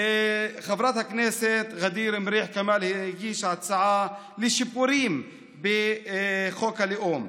חברת הכנסת ע'דיר מריח כמאל הגישה הצעה לשיפורים בחוק הלאום,